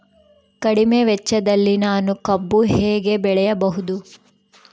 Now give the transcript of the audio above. ಕಡಿಮೆ ವೆಚ್ಚದಲ್ಲಿ ನಾನು ಕಬ್ಬು ಹೇಗೆ ಬೆಳೆಯಬಹುದು?